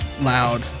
loud